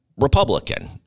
Republican